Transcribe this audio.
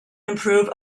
improve